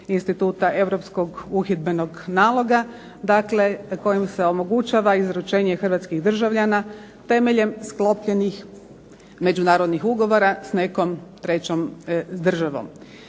instituta Europskog uhidbenog naloga dakle kojim se omogućava izručenje hrvatskih državljana temeljem sklopljenih međunarodnih ugovora s nekom trećom državom.